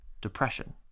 depression